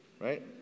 right